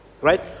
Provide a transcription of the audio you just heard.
Right